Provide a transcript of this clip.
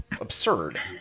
absurd